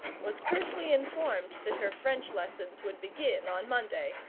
was curtly informed that her french lessons would begin on monday,